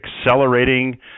accelerating